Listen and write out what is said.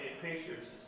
pictures